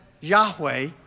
Yahweh